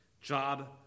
job